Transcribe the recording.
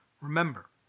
Remember